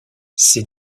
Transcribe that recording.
ces